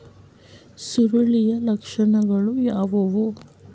ಸುರುಳಿಯ ಲಕ್ಷಣಗಳು ಯಾವುವು?